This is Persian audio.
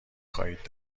خواهید